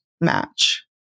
match